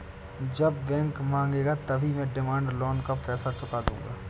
जब बैंक मांगेगा तभी मैं डिमांड लोन का पैसा चुका दूंगा